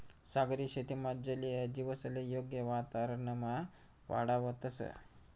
सागरी शेतीमा जलीय जीवसले योग्य वातावरणमा वाढावतंस